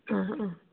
ആ ആ